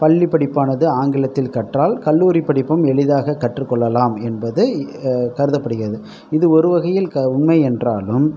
பள்ளி படிப்பானது ஆங்கிலத்தில் கற்றால் கல்லூரி படிப்பும் எளிதாக கற்றுக்கொள்ளலாம் என்பது கருதப்படுகிறது இது ஒரு வகையில் க உண்மை என்றாலும்